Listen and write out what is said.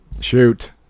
shoot